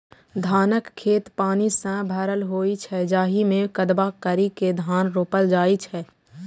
धानक खेत पानि सं भरल होइ छै, जाहि मे कदबा करि के धान रोपल जाइ छै